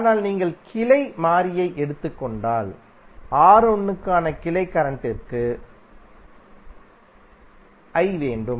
ஆனால் நீங்கள் கிளை மாறியை எடுத்துக் கொண்டால் R1 க்கான கிளை கரண்ட்டிற்கு 1 வேண்டும்